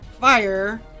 fire